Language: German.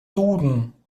duden